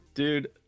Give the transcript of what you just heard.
Dude